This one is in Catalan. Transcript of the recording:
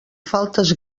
faltes